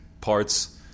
parts